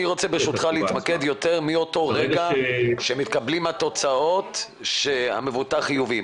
אני רוצה ברשותך להתמקד יותר מאותו רגע שמתקבלות התוצאות שהמבוטח חיובי.